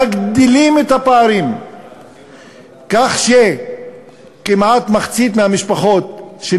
מגדילים את הפערים כך שכמעט מחצית מהמשפחות היהודיות